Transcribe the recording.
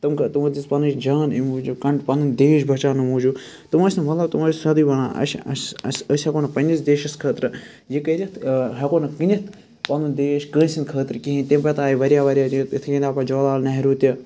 تٔمۍ کٔر تِمو دِژ پَنٕنۍ جان امہِ موٗجُب پَنُنۍ دیش بَچاونہٕ موٗجوٗب تِم ٲسۍ نہٕ مطلَب تِمن ٲسۍ سٲری ونان اَسہِ اَسہِ أسۍ ہیٚکو نہٕ پَننِس دیشَس خٲطرٕ یہِ کٔرِتھ ہیٚکو نہٕ کٕنِتھ پَنُن دیش کٲنٛسہِ ہِنٛدِ خٲطرٕ کِہیٖنۍ تمہِ پَتہٕ آہِ واریاہ رد اِتھے کٔۍ آ پَتہٕ جوَاہر لال نہروٗ تہِ